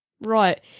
right